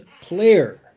player